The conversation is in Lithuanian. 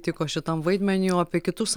tiko šitam vaidmeniui o apie kitus